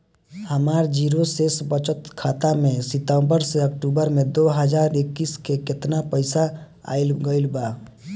हमार जीरो शेष बचत खाता में सितंबर से अक्तूबर में दो हज़ार इक्कीस में केतना पइसा आइल गइल बा?